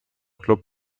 club